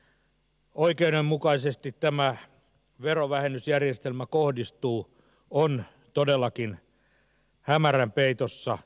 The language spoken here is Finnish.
se miten oikeudenmukaisesti tämä verovähennysjärjestelmä kohdistuu on todellakin hämärän peitossa